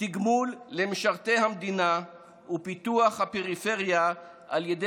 תגמול למשרתי המדינה ופיתוח הפריפריה על ידי